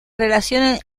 relación